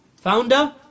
founder